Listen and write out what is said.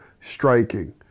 striking